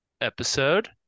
episode